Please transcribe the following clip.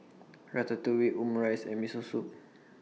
Ratatouille Omurice and Miso Soup